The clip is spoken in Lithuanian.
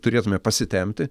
turėtume pasitempti